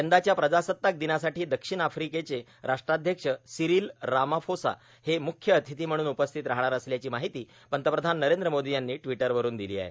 यंदाच्या प्रजासत्ताक र्पदनासाठो दक्षिण आफ्रीकेचे राष्ट्राध्यक्ष सीरोल रामाफोसा हे मुख्य र्आतथी म्हणून उपस्थित राहाणार असल्याची मार्ाहती पंतप्रधान नरद्र मोदो यांनी ट्वीटरवरून र्दिलो आहे